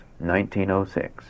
1906